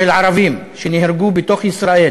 של הערבים שנהרגו בתוך ישראל